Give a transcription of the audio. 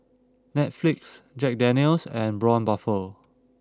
Netflix Jack Daniel's and Braun Buffel